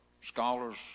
scholars